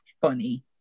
funny